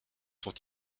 sont